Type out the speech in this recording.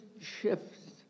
shifts